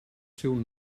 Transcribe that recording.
seu